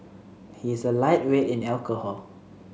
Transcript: he is a lightweight in alcohol